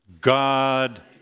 God